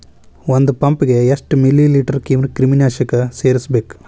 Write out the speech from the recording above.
ಒಂದ್ ಪಂಪ್ ಗೆ ಎಷ್ಟ್ ಮಿಲಿ ಲೇಟರ್ ಕ್ರಿಮಿ ನಾಶಕ ಸೇರಸ್ಬೇಕ್?